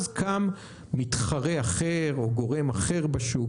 אז קם מתחרה אחר או גורם אחר בשוק,